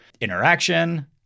interaction